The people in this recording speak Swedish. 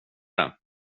det